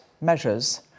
measures